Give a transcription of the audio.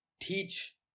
teach